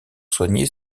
soigner